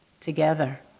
together